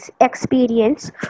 experience